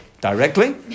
directly